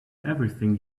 everything